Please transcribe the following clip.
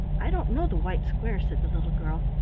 i don't know the white square, said the little girl,